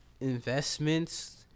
investments